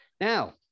Now